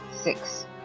Six